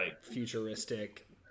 futuristic